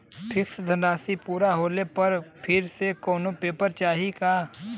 Fix धनराशी पूरा होले पर फिर से कौनो पेपर चाही का?